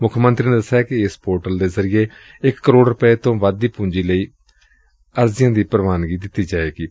ਮੁੱਖ ਮੰਤਰੀ ਨੇ ਦਸਿਆ ਕਿ ਏਸ ਪੋਰਟਲ ਦੇ ਜ਼ਰੀਏ ਇਕ ਕਰੋੜ ਰੁਪਏ ਤੋ ਵੱਧ ਦੀ ਪੂੰਜੀ ਲਈ ਅਰਜ਼ੀਆਂ ਦੀ ਪ੍ਵਾਨਗੀ ਦਿੱਤੀ ਜਾਏਗੀ